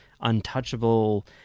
untouchable